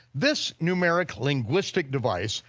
this numeric linguistic device,